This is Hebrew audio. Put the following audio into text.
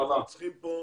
אנחנו צריכים כאן